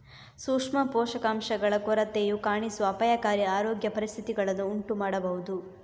ಸೂಕ್ಷ್ಮ ಪೋಷಕಾಂಶಗಳ ಕೊರತೆಯು ಕಾಣಿಸುವ ಅಪಾಯಕಾರಿ ಆರೋಗ್ಯ ಪರಿಸ್ಥಿತಿಗಳನ್ನು ಉಂಟು ಮಾಡಬಹುದು